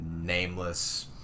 Nameless